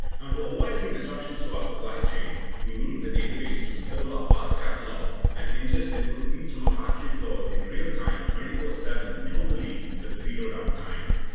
now, and to avoid any disruptions to our supply chain, we need the database to serve our parts catalog and ingest input feed from a factory floor in real-time, twenty four seven globally with zero downtime.